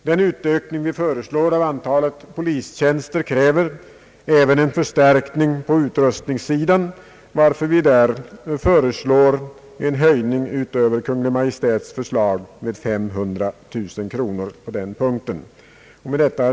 Den utökning vi föreslår av antalet polistjänster kräver även en förstärkning på utrustningssidan, varför vi här yrkar en höjning utöver Kungl. Maj:ts förslag med 500 000 kronor.